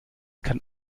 kann